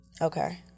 okay